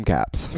Caps